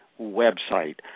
website